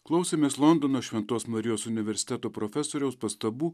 klausėmės londono šventos marijos universiteto profesoriaus pastabų